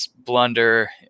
blunder